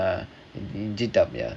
uh github ya